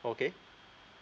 okay